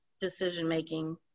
decision-making